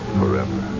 forever